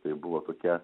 tai buvo tokia